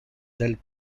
del